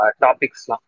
topics